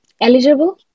eligible